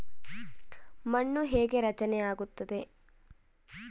ಮಣ್ಣು ಹೇಗೆ ರಚನೆ ಆಗುತ್ತದೆ?